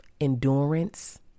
endurance